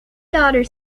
daughters